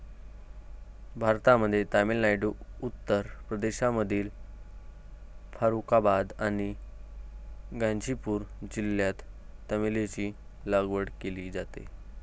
भारतामध्ये तामिळनाडू, उत्तर प्रदेशमधील फारुखाबाद आणि गाझीपूर जिल्ह्यात चमेलीची लागवड केली जाते